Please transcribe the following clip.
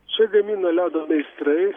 čia gamina ledo meistrai